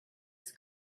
its